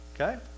Okay